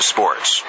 Sports